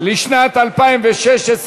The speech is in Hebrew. לשנת 2016: